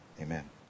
Amen